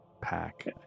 pack